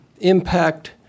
impact